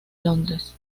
londres